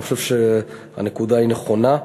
אני חושב שהנקודה נכונה.